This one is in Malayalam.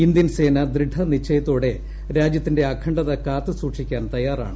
ഇന്ത്യൻ സേന ദൃഢനിശ്ചയത്തോടെ രാജ്യത്തിന്റെ അഖണ്ഡത കാത്തു സൂക്ഷിക്കാൻ തയ്യാറാണ്